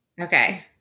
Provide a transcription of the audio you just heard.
Okay